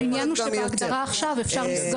העניין הוא שבהגדרה עכשיו אפשר לסגור